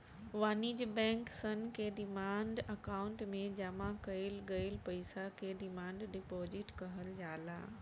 वाणिज्य बैंक सन के डिमांड अकाउंट में जामा कईल गईल पईसा के डिमांड डिपॉजिट कहल जाला